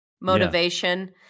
motivation